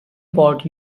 pot